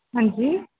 हां जी